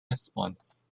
response